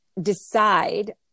decide